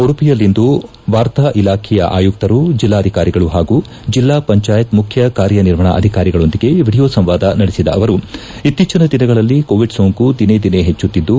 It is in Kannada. ಉಡುಪಿಯಲ್ಲಿಂದು ವಾರ್ತಾ ಇಲಾಖೆಯ ಆಯುಕ್ತರು ಜಿಲ್ಲಾಧಿಕಾರಿಗಳು ಹಾಗೂ ಜಿಲ್ಲಾ ಪಂಚಾಯತ್ ಮುಖ್ಯ ಕಾರ್ಯನಿರ್ವಹಣಾ ಅಧಿಕಾರಿಗಳೊಂದಿಗೆ ವಿಡಿಯೋ ಸಂವಾದ ನಡೆಸಿದ ಅವರು ಇತ್ತೀಚನ ದಿನಗಳಲ್ಲಿ ಕೋವಿಡ್ ಸೋಂಕು ದಿನೇ ದಿನೇ ಹೆಚ್ಚುತ್ತಿದ್ದು